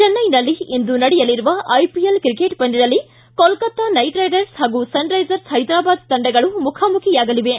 ಚಿನ್ನೈನಲ್ಲಿ ಇಂದು ನಡೆಯಲಿರುವ IPL cricket ಪಂದ್ಕದಲ್ಲಿ ಕೋಲ್ಕತ್ತಾ ನೈಟ್ ರೈಡರ್ಸ್ ಪಾಗೂ ಸನ್ರೈಸರ್ಸ್ ಪೈದರಾಬಾದ್ ತಂಡಗಳು ಮುಖಮುಖಿಯಾಗಲಿವೆ